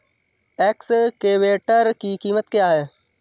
Excavator की कीमत क्या है?